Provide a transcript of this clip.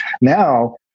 Now